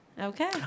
Okay